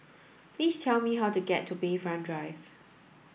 please tell me how to get to Bayfront Drive